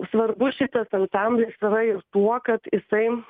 svarbus ansamblis yra ir tuo kad jisai